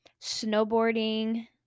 snowboarding